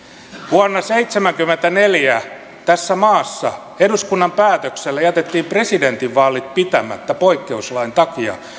vuonna seitsemänkymmentäneljä tässä maassa eduskunnan päätöksellä jätettiin presidentinvaalit pitämättä poikkeuslain takia